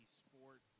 sport